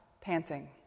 panting